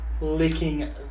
licking